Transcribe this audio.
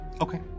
Okay